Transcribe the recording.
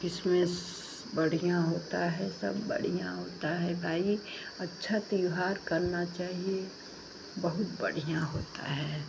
Christmas बढ़ियाँ होता है सब बढ़ियाँ होता है भाई अच्छा त्योहार करना चाहिए बहुत बढ़ियाँ होता है